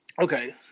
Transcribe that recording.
Okay